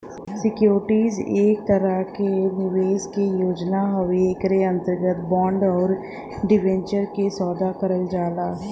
securities एक तरह एक निवेश के योजना हउवे एकरे अंतर्गत बांड आउर डिबेंचर क सौदा करल जाला